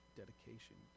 dedication